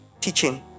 teaching